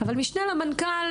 אבל משנה למנכ"ל,